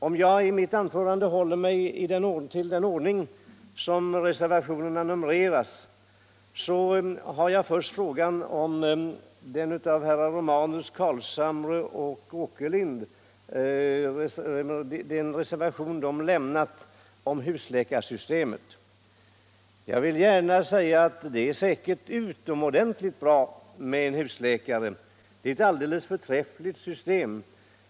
Om jag i mitt anförande håller mig till den ordning som reservationerna numrerats i, har jag först herrar Romanus, Carlshamres och Åkerlinds reservation om husläkarsystemet. Jag vill gärna säga att det är säkert utomordentligt bra med husläkare. Det är ett alldeles förträffligt system.